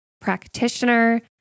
practitioner